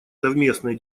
совместные